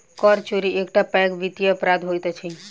कर चोरी एकटा पैघ वित्तीय अपराध होइत अछि